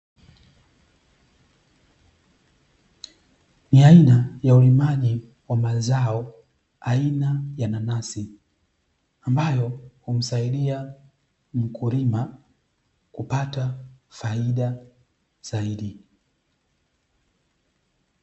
Ni aina ya ulimaji wa mazao, aina ya nanasi ambayo humsaidia mkulima kupata faida zaidi.